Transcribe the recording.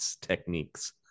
techniques